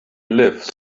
live